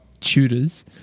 tutors